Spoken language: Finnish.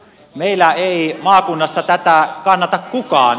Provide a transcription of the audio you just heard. meillä ei maakunnassa tätä kannata kukaan